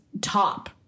top